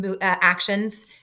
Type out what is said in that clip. actions